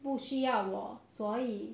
不需要我所以